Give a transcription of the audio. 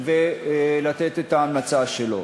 לא נראה תופעה של משאיות נכנסות